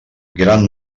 gran